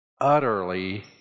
Utterly